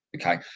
Okay